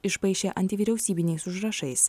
išpaišė ant vyriausybiniais užrašais